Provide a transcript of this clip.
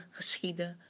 geschieden